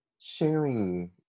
sharing